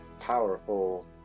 powerful